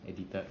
editor